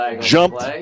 jumped